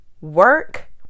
work